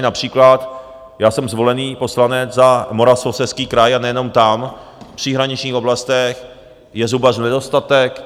Například já jsem zvolený poslanec za Moravskoslezský kraj a nejenom tam, v příhraničních oblastech, je zubařů nedostatek.